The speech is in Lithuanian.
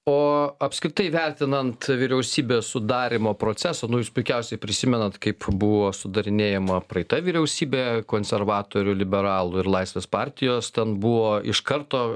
o apskritai vertinant vyriausybės sudarymo procesą nu jūs puikiausiai prisimenat kaip buvo sudarinėjama praeita vyriausybė konservatorių liberalų ir laisvės partijos ten buvo iš karto